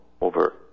over